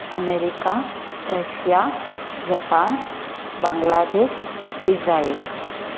America Russia Japan Bangladesh Israel